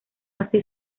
así